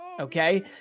okay